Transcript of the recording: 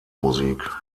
musik